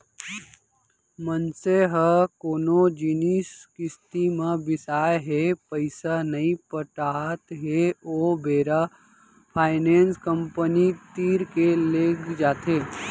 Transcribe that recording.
मनसे ह कोनो जिनिस किस्ती म बिसाय हे पइसा नइ पटात हे ओ बेरा फायनेंस कंपनी तीर के लेग जाथे